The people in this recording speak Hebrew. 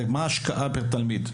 זה מה ההשקעה בתלמיד,